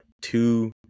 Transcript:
two